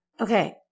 Okay